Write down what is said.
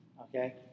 Okay